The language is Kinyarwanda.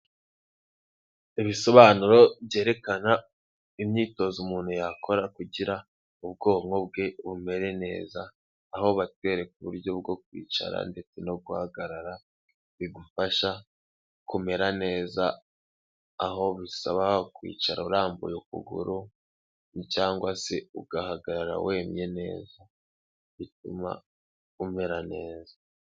Ibisobanuro byerekana imyitozo umuntu yakora kugira, ubwonko bwe bumere neza, aho batwereka uburyo bwo kwicara ndetse no guhagarara, bigufasha kumera neza, aho bisaba kwicara urambuye ukuguru, cyangwa se ugahagarara wemye neza, bituma umera neza.